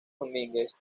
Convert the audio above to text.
domínguez